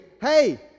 hey